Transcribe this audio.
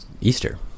Easter